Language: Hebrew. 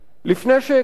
לפני שהכרנו.